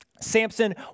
Samson